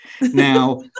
Now